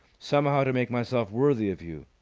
somehow to make myself worthy of you.